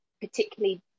particularly